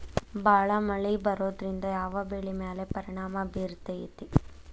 ಭಾಳ ಮಳಿ ಬರೋದ್ರಿಂದ ಯಾವ್ ಬೆಳಿ ಮ್ಯಾಲ್ ಪರಿಣಾಮ ಬಿರತೇತಿ?